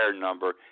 number